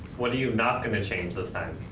what are you not gonna change this time?